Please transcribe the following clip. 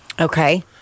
Okay